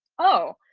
oh,